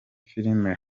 filime